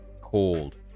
cold